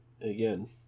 again